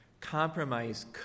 compromise